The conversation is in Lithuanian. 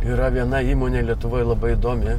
yra viena įmonė lietuvoj labai įdomi